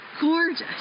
Gorgeous